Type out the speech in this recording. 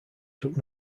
took